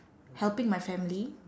helping my family